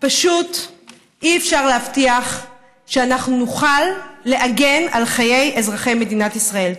פשוט אי-אפשר להבטיח שאנחנו נוכל להגן על חיי אזרחי מדינת ישראל.